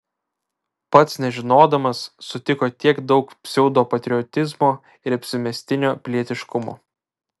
pats nežinodamas sutiko tiek daug pseudopatriotizmo ir apsimestinio pilietiškumo